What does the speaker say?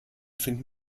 finden